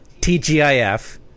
TGIF